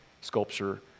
sculpture